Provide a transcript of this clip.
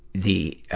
the, ah,